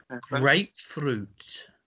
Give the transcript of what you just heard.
grapefruit